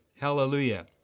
Hallelujah